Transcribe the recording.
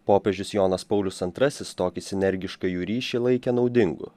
popiežius jonas paulius antrasis tokį sinergiškai jų ryšį laikė naudingu